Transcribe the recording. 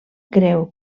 creu